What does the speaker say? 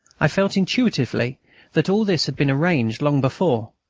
i felt intuitively that all this had been arranged long before,